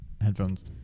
headphones